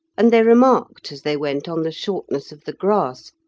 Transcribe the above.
and they remarked, as they went, on the shortness of the grass,